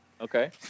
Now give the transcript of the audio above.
Okay